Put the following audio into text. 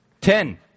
Ten